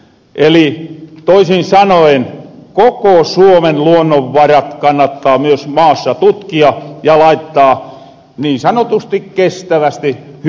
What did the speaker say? eli toisin sanoen koko suomen luonnonvarat kannattaa myös maassa tutkia ja laittaa niin sanotusti kestävästi hyötykäyttöön